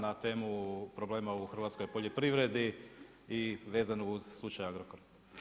na temu problema u hrvatskoj poljoprivredi i vezano uz slučaj Agrokor.